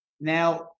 Now